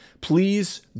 please